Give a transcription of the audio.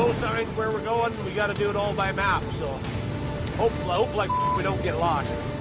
signs where we're going. we got to do it all by map, so hope i hope like we don't get lost.